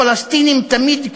הפלסטינים תמיד,